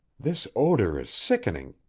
this odor is sickening.